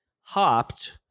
hopped